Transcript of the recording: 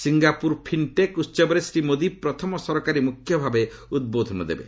Singapore fintech ଉହବରେ ଶ୍ରୀ ମୋଦି ପ୍ରଥମ ସରକାରୀ ମୁଖ୍ୟ ଭାବେ ଉଦ୍ବୋଧନ ଦେବେ